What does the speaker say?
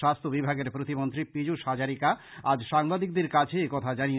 স্বাস্থ্য বিভাগের প্রতিমন্ত্রী পীযৃষ হাজারিকা আজ সাংবাদিকদের কাছে একথা জানান